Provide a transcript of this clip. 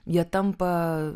jie tampa